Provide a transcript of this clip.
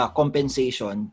compensation